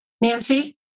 Nancy